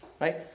Right